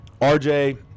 RJ